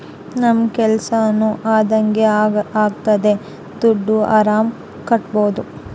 ನಮ್ ಕೆಲ್ಸನೂ ಅದಂಗೆ ಆಗ್ತದೆ ದುಡ್ಡು ಆರಾಮ್ ಕಟ್ಬೋದೂ